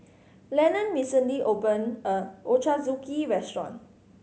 Lenon recently opened a new Ochazuke restaurant